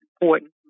important